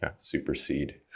supersede